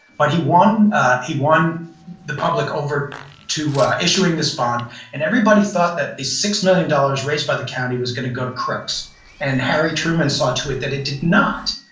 but he won he won the public over to issuing this bond and everybody thought that this six million dollars raised by the county was going to go to crooks. and harry truman saw to it that it did not,